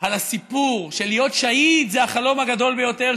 על הסיפור שלהיות שהיד זה החלום הגדול ביותר,